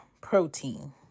protein